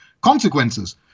consequences